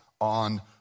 on